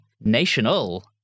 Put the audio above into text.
national